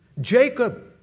Jacob